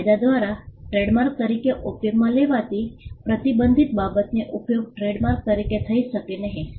કાયદા દ્વારા ટ્રેડમાર્ક તરીકે ઉપયોગમાં લેવાતી પ્રતિબંધિત બાબતનો ઉપયોગ ટ્રેડમાર્ક તરીકે થઈ શકશે નહીં